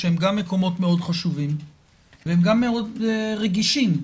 שהם גם מקומות חשובים וגם רגישים.